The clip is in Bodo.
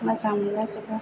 मोजां मोनलाजोबो